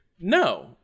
No